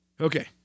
Okay